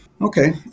Okay